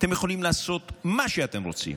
אתם יכולים לעשות מה שאתם רוצים